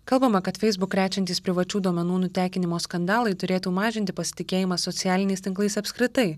kalbama kad facebook krečiantys privačių duomenų nutekinimo skandalai turėtų mažinti pasitikėjimą socialiniais tinklais apskritai